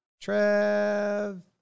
Trev